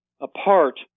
Apart